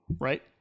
right